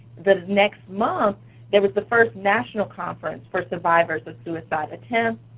the next month there was the first national conference for survivors of suicide attempts,